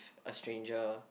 a stranger